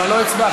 אבל לא הצבעת.